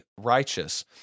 righteous